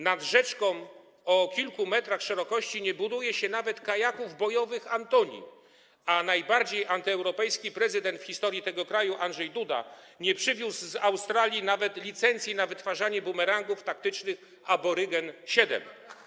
Nad rzeczką mającą kilka metrów szerokości nie buduje się nawet kajaków bojowych Antoni, a najbardziej antyeuropejski prezydent w historii tego kraju Andrzej Duda nie przywiózł z Australii nawet licencji na wytwarzanie bumerangów taktycznych Aborygen 7.